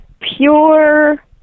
Pure